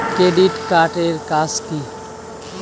Credit card এর কাজ কি?